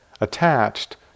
attached